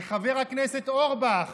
וחבר הכנסת אורבך